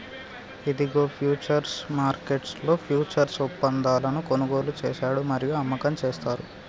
ఇదిగో ఫ్యూచర్స్ మార్కెట్లో ఫ్యూచర్స్ ఒప్పందాలను కొనుగోలు చేశాడు మరియు అమ్మకం చేస్తారు